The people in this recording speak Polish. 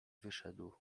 wyszedł